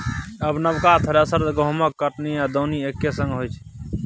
आब नबका थ्रेसर सँ गहुँमक कटनी आ दौनी एक्के संग होइ छै